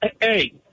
hey